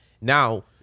Now